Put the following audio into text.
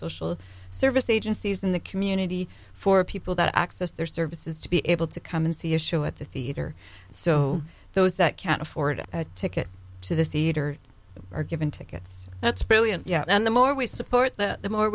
social service agencies in the community for people that access their services to be able to come and see a show at the theater so those that can't afford a ticket to the theater are given tickets that's brilliant yeah and the more we support the more